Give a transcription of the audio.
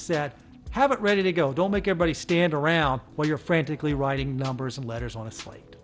set have it ready to go don't make your body stand around while you're frantically writing numbers and letters honestly